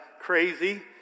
crazy